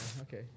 okay